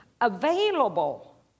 available